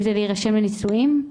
אם זה להרשם לנישואין,